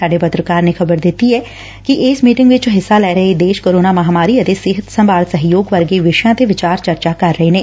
ਸਾਡੇ ਪੱਤਰਕਾਰ ਨੇ ਖ਼ਬਰ ਦਿੱਤੀ ਐ ਕਿ ਇਸ ਮੀਟਿੰਗ ਚ ਹਿੱਸਾ ਲੈ ਰਹੇ ਦੇਸ਼ ਕੋਰੋਨਾ ਮਹਾਂਮਾਰੀ ਅਤੇ ਸਿਹਤ ਸੰਭਾਲ ਸਹਿਯੋਗ ਵਰਗੇ ਵਿਸ਼ਿਆਂ ਤੇ ਵਿਚਾਰ ਚਰਚਾ ਕਰ ਰਹੇ ਨੇ